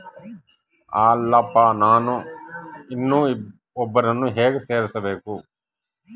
ಅಲ್ಲಪ್ಪ ನಾನು ಇನ್ನೂ ಒಬ್ಬರನ್ನ ಹೇಗೆ ಸೇರಿಸಬೇಕು?